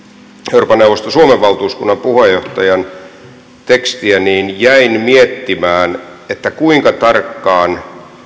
euroopan neuvoston suomen valtuuskunnan puheenjohtajan tekstiä niin jäin miettimään kuinka tarkkaan